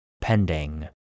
pending